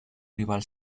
rival